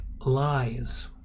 lies